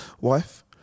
wife